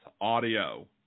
audio